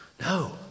No